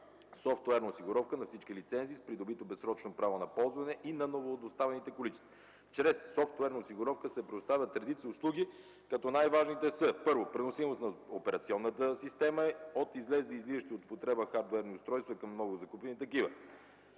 софтуерна осигуровка на всички лицензи, с придобито безсрочно право на ползване и на новодоставените количества. Чрез софтуерната осигуровка се предоставят редица услуги, като най-важните са: първо, преносимост на операционната система от излезли и излизащи от употреба хардуерни устройства към новозакупени такива;